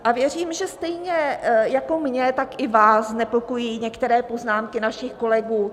A věřím, že stejně jako mě, tak i vás znepokojují některé poznámky našich kolegů.